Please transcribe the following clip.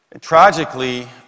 tragically